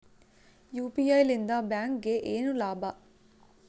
UPI ಲಿಂದ ಬ್ಯಾಂಕ್ಗೆ ಏನ್ ಲಾಭ?